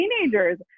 teenagers